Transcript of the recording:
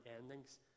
endings